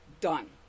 Done